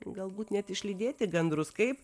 galbūt net išlydėti gandrus kaip